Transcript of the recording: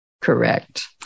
Correct